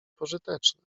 pożyteczne